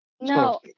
No